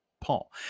Paul